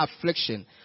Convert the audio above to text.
affliction